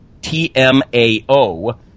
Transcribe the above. TMAO